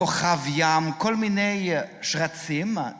כוכב ים, כל מיני שרצים.